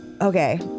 Okay